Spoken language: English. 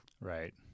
Right